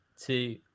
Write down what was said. two